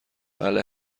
بله